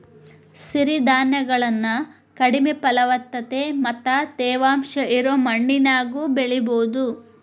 ಸಿರಿಧಾನ್ಯಗಳನ್ನ ಕಡಿಮೆ ಫಲವತ್ತತೆ ಮತ್ತ ತೇವಾಂಶ ಇರೋ ಮಣ್ಣಿನ್ಯಾಗು ಬೆಳಿಬೊದು